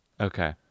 Okay